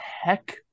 heck